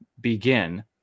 begin